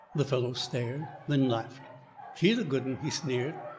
the fellow stared, then laughed she's a goodun, he sneered.